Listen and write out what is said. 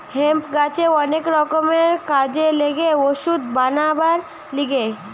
hemp গাছের অনেক রকমের কাজে লাগে ওষুধ বানাবার লিগে